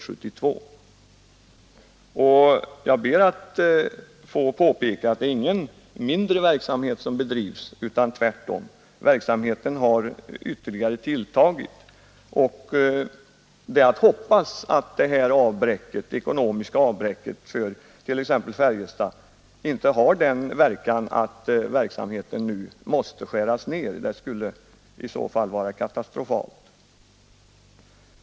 Jag ber också att få påpeka att den verksamhet som bedrivs inte har minskat utan tvärtom har ytterligare tilltagit. Det är att hoppas att detta ekonomiska avbräck för t.ex. Färjestads BK inte får den följden att verksamheten nu måste skäras ned. Det skulle i så fall vara katastrofalt.